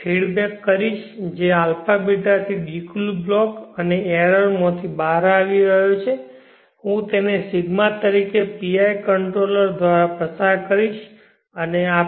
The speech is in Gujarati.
ફેડ બેક કરીશ જે αβ થી dq બ્લોક અને એરરમાં થી બહાર આવી રહ્યો છે હું તેને ρ તરીકે PI કંટ્રોલર દ્વારા પસાર કરીશ અને આપીશ